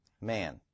man